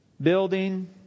building